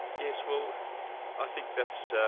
yes, well i think that's ah